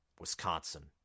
Wisconsin